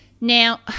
Now